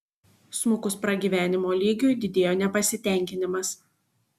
smukus pragyvenimo lygiui didėjo nepasitenkinimas